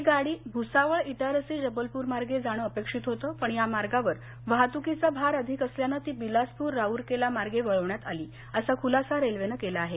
ही गाडी भुसावळ इटारसी जबलपूर मार्गे जाणं अपेक्षित होतं पण या मार्गावर वाहतुकीचा भार अधिक असल्यानं ती बिलासपूर राऊरकेला मार्गे वळवण्यात आली असा खुलासा रेल्वेनं केला आहे